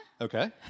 Okay